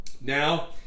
now